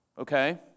Okay